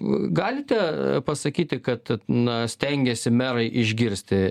galite pasakyti kad na stengiasi merai išgirsti